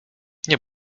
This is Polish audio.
nie